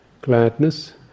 gladness